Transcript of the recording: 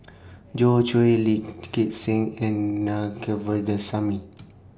Joi Chua Lee Gek Seng and Naa Govindasamy